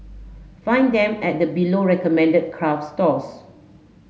find them at the below recommended craft stores